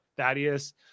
thaddeus